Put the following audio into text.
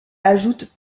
ajoute